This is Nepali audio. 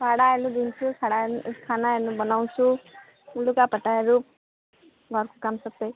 भाडाहरू धुन्छु खानाहरू बनाउँछु लुगाफाटाहरू घरको काम सबै